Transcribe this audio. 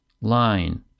line